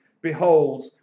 Behold